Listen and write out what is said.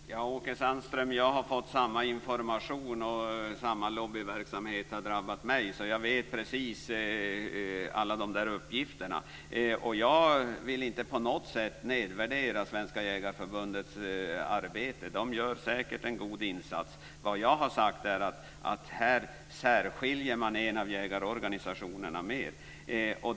Fru talman! Ja, Åke Sandström, jag har fått samma information, och samma lobbyverksamhet har drabbat mig. Så jag känner till precis alla de där uppgifterna. Jag vill inte på något sätt nedvärdera Svenska Jägareförbundets arbete. De gör säkert en god insats. Vad jag har sagt är att här särskiljer man en av jägarorganisationerna.